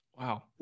Wow